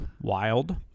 wild